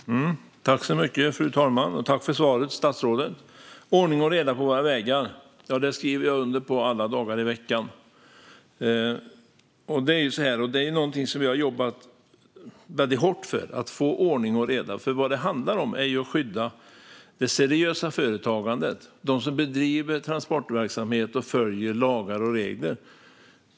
Fru talman! Jag skriver alla dagar i veckan under på att det ska vara ordning och reda på våra vägar. Att få ordning och reda är något som vi har arbetat hårt för. Det handlar om att skydda det seriösa företagandet och dem som bedriver transportverksamhet och som följer lagar och regler.